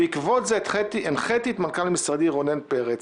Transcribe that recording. בעקבות זה הנחיתי את מנכ"ל משרדי, רונן פרץ,